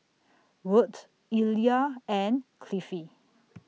Wirt Illya and Cliffie